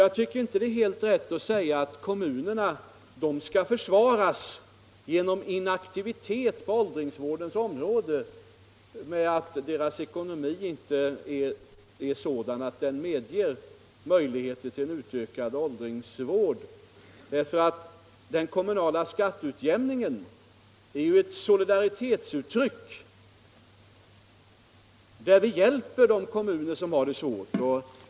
Jag tycker inte det är helt riktigt att säga att kommunerna skall försvaras genom inaktivitet på åldringsvårdens område med att deras ekonomi inte är så stark att den medger en utökad åldringsvård, eftersom den kommunala skatteutjämningen är ett solidaritetsuttryck varigenom vi hjälper de kommuner som har det svårt.